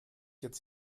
jetzt